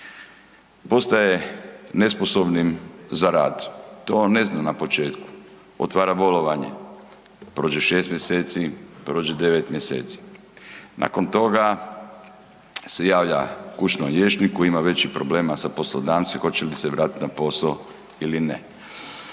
postaje nesposobnim za rad. to ne zna na početku, otvara bolovanje, prođe 6 mj., prođe 9 mj., nakon toga se javlja kućnom liječniku, ima većih problema sa poslodavcem hoće li se vratiti na posao ili ne.